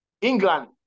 England